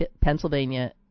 Pennsylvania